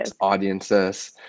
audiences